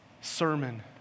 sermon